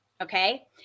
Okay